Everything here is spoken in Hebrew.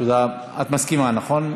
את מסכימה, נכון?